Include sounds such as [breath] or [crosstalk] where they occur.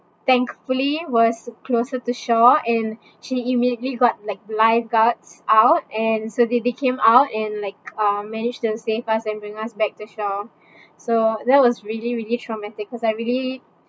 thankfully was closer to shore and she immediately got like lifeguards out and so they they came out and like uh manage to save us and bring us back to shore [breath] so that was really really traumatic because I really